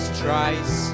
tries